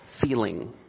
feeling